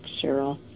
cheryl